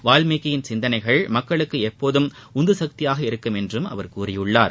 வாவ்மீகியின் சிந்தனைகள் மக்களுக்கு எப்போதும் உந்துதவாக இருக்கும் என்றும் அவர் கூறியுள்ளார்